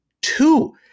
two